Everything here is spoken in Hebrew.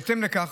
בהתאם לכך,